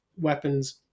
weapons